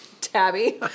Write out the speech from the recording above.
Tabby